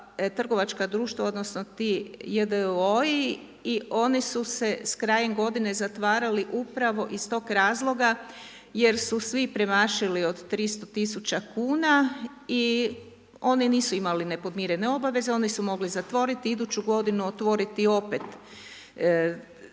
trgovačka društva odnosno, ti. jdo-i i oni su se s krajem godine zatvarali upravo iz tog razloga jer su svi premašili od 300000 kn i oni nisu imali nepodmirene obaveze, oni su mogli zatvoriti iduću godinu, otvoriti opet novu